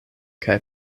kaj